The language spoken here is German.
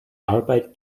arbeit